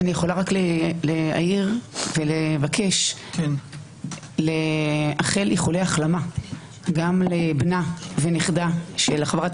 אבקש להעיר ולבקש לאחל איחולי החלמה גם לבנה ונכדה של חברת